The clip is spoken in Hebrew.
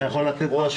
אני מברך